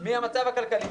מן המצב הכלכלי.